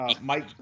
Mike